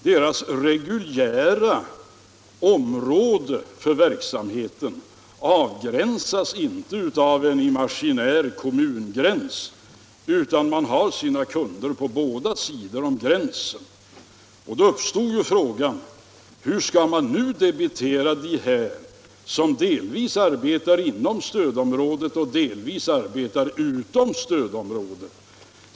Deras reguljära verksamhetsområde avgränsas inte av en imaginär kommungräns utan de har sina kunder på båda sidor om gränsen. Då uppstod ju frågan: Hur skall man debitera dem som delvis arbetar inom och delvis utom stödområdet?